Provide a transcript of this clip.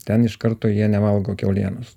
ten iš karto jie nevalgo kiaulienos